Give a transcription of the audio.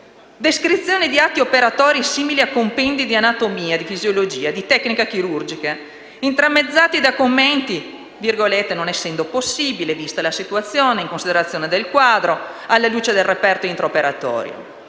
descrizioni di atti operatori simili a compendi di anatomia, di fisiologia e di tecnica chirurgica, intramezzati da commenti quali «non essendo possibile», «vista la situazione», «in considerazione del quadro», «alla luce del referto intraoperatorio».